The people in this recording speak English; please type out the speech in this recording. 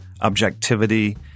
objectivity